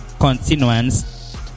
continuance